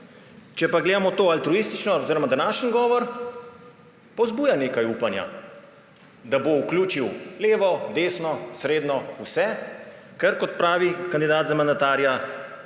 Če pa gledamo to altruistično oziroma današnji govor, pa vzbuja nekaj upanja, da bo vključil levo, desno, srednjo, vse, ker, kot pravi kandidat za mandatarja,